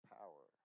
power